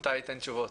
ומתי הוא ייתן תשובות.